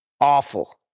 awful